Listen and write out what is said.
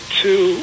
two